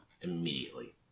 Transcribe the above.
immediately